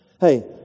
Hey